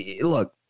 Look